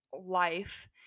life